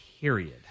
Period